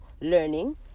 learning